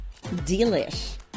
delish